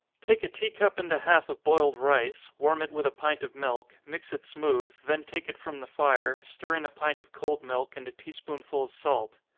take a tea-cup and a half of boiled rice warm it with a pint of milk, mix it smooth, then take it from the fire, stir in a pint of cold milk, and a tea-spoonful of salt.